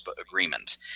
agreement